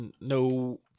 No